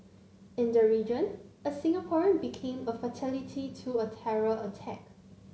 in the region a Singaporean became a fatality to a terror attack